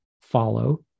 follow